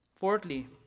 Fourthly